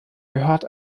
gehört